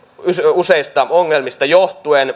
useista ongelmista johtuen